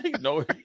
No